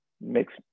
makes